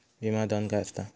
विमा धन काय असता?